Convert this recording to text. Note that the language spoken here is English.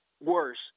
worse